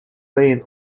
rain